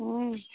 हूँ